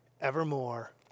evermore